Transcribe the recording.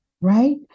right